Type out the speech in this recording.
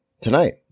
tonight